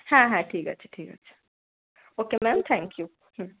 হ্যাঁ হ্যাঁ ঠিক আছে ঠিক আছে okay ma'am thank you hmm